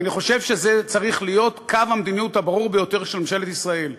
ואני חושב שזה צריך להיות קו המדיניות הברור ביותר של ממשלת ישראל.